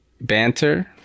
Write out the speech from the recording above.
Banter